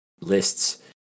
lists